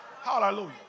Hallelujah